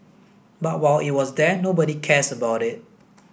but while it was there nobody cares about it